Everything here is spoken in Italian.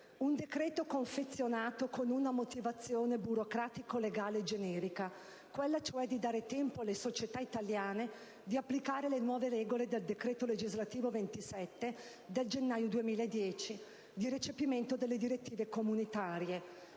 un decreto confezionato con una motivazione burocratico‑legale generica, quella cioè di dare tempo alle società italiane di applicare le nuove regole del decreto legislativo n. 27 del gennaio 2010, con cui sono state recepite le direttive comunitarie,